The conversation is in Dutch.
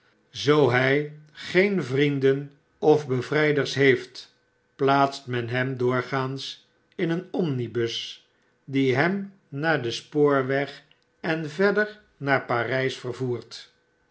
zoo hjj geen vriendenof bevrijders heeft plaatst men hem doorgaans in een omnibus die hem naar den spoorweg en verder naar pargs vervoert